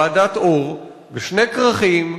ועדת-אור, בשני כרכים.